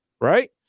right